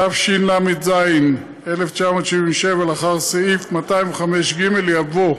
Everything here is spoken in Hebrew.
התשל"ז 1977, לאחר סעיף 205ג יבוא: